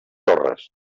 torres